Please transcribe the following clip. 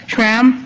Tram